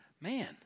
man